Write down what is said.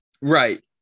Right